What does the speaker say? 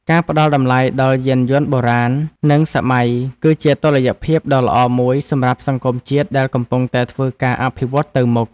ការផ្ដល់តម្លៃដល់យានយន្តបុរាណនិងសម័យគឺជាតុល្យភាពដ៏ល្អមួយសម្រាប់សង្គមជាតិដែលកំពុងតែធ្វើការអភិវឌ្ឍន៍ទៅមុខ។